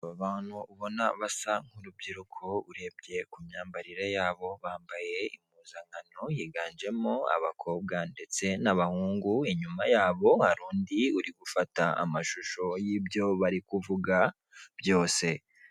umumama wicaye imbere ya mudasobwa iteritse kumeza wambaye isaha linete numupira w'ubururu kuruhande rwe hari indi meza iteretseho indi ikindi gikapu gisa ry'yumweru ndetse n'umukara